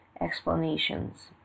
explanations